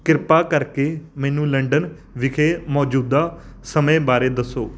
ਕਿਰਪਾ ਕਰਕੇ ਮੈਨੂੰ ਲੰਡਨ ਵਿਖੇ ਮੌਜੂਦਾ ਸਮੇਂ ਬਾਰੇ ਦੱਸੋ